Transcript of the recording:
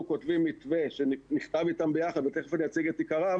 כותבים מתווה שנכתב אתם ביחד ותכף אני אציג את עיקריו